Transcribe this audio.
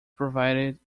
provided